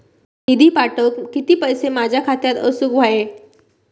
निधी पाठवुक किती पैशे माझ्या खात्यात असुक व्हाये?